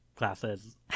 classes